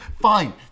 fine